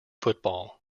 football